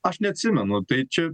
aš neatsimenu tai čia